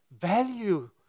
value